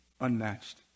unmatched